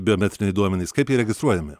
biometriniai duomenys kaip jie registruojami